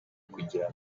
kugira